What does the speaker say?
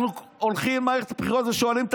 אנחנו הולכים למערכת הבחירות ושואלים את